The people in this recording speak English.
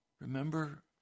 Remember